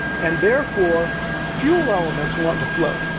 and therefore fuel elements want to float.